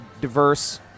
diverse